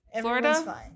Florida